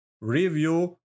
review